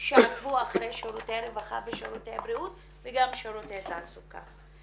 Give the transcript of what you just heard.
שעקבו אחרי שירותי רווחה ושירותי הבריאות וגם שירותי התעסוקה.